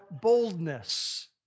boldness